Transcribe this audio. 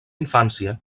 infància